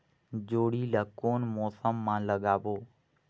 जोणी ला कोन मौसम मा लगाबो?